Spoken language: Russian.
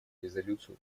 резолюцию